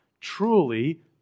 truly